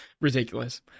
Ridiculous